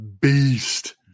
beast